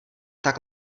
tak